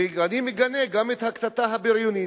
אני מגנה גם את הקטטה הבריונית.